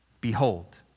Behold